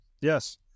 yes